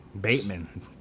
Bateman